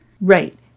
Right